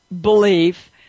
belief